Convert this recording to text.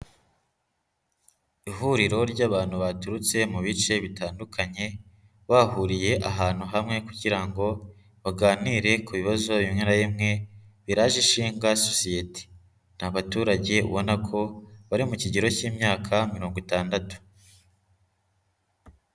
Ihuriro ry'abantu baturutse mu bice bitandukanye bahuriye ahantu hamwe kugira ngo baganire ku bibazo bimwe na bimwe biraje ishinga sosiyete, n'abaturage ubona ko bari mu kigero cy'imyaka mirongo itandatu.